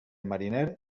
mariner